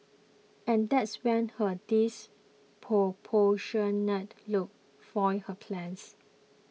and that's when her disproportionate look foiled her plans